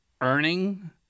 earning